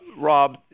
Rob